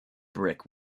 brick